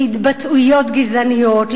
להתבטאויות גזעניות,